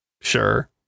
sure